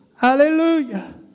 Hallelujah